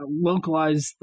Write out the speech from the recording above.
localized